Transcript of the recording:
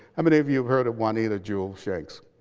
how many of you heard of juanita jewel shanks?